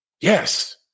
Yes